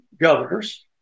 governors